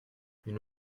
une